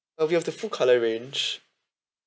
oh we have the full colour range